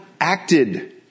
acted